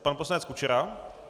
Pan poslanec Kučera.